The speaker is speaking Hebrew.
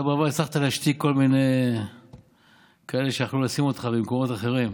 אתה בעבר הצלחת להשתיק כל מיני כאלה שיכלו לשים אותך במקומות אחרים.